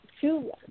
two